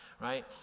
right